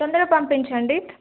తొందరగా పంపించండి